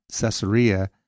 Caesarea